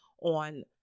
on